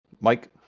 Mike